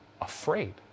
afraid